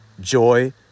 joy